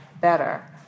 better